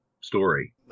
story